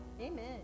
Amen